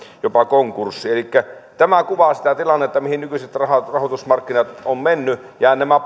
jopa konkurssi tämä kuvaa sitä tilannetta mihin nykyiset rahoitusmarkkinat ovat menneet ja nämä